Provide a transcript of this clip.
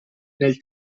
nel